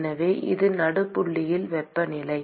எனவே அது நடுப்புள்ளியில் வெப்பநிலை